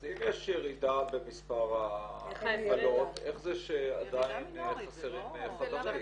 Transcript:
אז אם יש ירידה במספר ההפלות איך זה שעדיין חסרים חדרים?